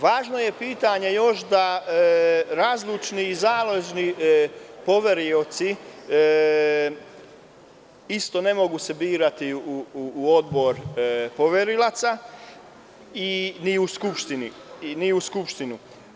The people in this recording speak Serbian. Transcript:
Važno je pitanje još da razlučni i založni poverioci isto ne mogu se birati u odbor poverilaca, ni u Skupštini.